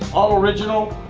all original,